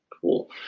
Cool